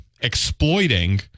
exploiting